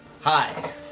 hi